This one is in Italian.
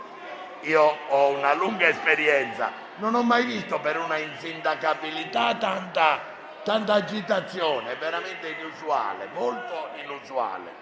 Ho una lunga esperienza, ma non ho mai visto per una insindacabilità tanta agitazione. È veramente inusuale. Quindi,